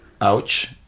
Ouch